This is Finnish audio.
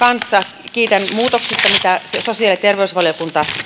kanssa kiitän muutoksista mitä sosiaali ja terveysvaliokunta